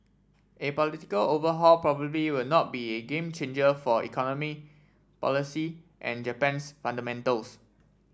a political overhaul probably will not be a game changer for economy policy and Japan's fundamentals